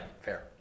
Fair